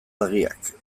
argiak